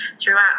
throughout